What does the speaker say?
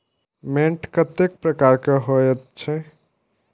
मैंट कतेक प्रकार के होयत छै?